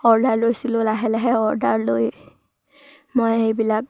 order লৈছিলোঁ লাহে লাহে অৰ্ডাৰ লৈ মই সেইবিলাক